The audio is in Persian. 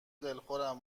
دلخورم